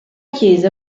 chiesa